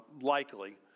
likely